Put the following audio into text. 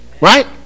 Right